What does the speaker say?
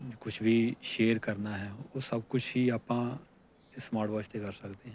ਕੁਛ ਵੀ ਸ਼ੇਅਰ ਕਰਨਾ ਹੈ ਉਹ ਸਭ ਕੁਛ ਹੀ ਆਪਾਂ ਇਸ ਸਮਾਰਟ ਵਾਚ 'ਤੇ ਕਰ ਸਕਦੇ ਹਾਂ